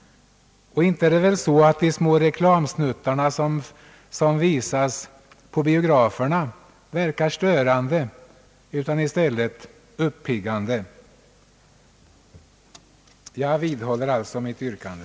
Och inte verkar väl de små reklamsnuttarna som visas på biograferna störande utan snarare uppiggande! Jag vidhåller alltså mitt yrkande.